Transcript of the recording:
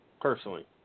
Personally